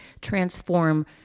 transform